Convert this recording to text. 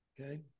Okay